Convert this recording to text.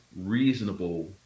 reasonable